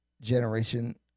generation